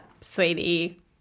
sweetie